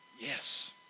Yes